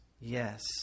Yes